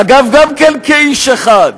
אגב, גם כן כאיש אחד.